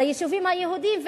ליישובים היהודיים,